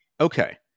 Okay